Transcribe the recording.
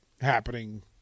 happening